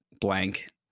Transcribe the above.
blank